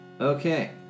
Okay